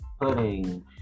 putting